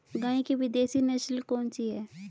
गाय की विदेशी नस्ल कौन सी है?